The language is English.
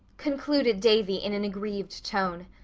concluded davy in an aggrieved tone.